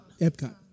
Epcot